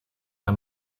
bei